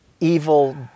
evil